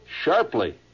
sharply